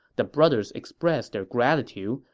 the brothers expressed their gratitude,